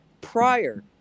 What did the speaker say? prior